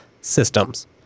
systems